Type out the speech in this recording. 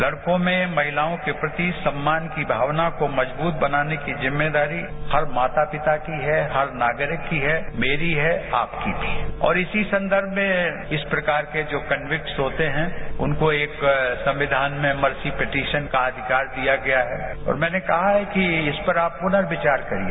लड़कों में महिलाओं के प्रति सम्मान की भावना को मजबूत बनाने की जिम्मेदारी हर माता पिता की है हर नागरिक की है मेरी है आपकी भी और इसी संदर्भ में इस प्रकार के जो कविक्स होते हैं उनको एक सविधान में मर्ती पटिशन का अधिकार दिया गया है और मैने कहा है कि इस पर आप पुनरू विचार करिए